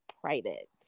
private